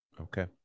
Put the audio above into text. Okay